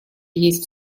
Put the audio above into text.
есть